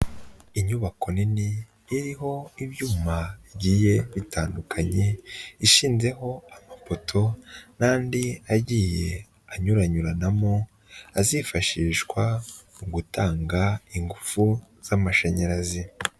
Inyubako nini iriho ibyuma bigiye bitandukanye ishinzeho amapoto n'andi agiye anyuranyuranamo azifashishwa mu gutanga ingufu z'amashanyarazi.